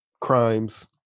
crimes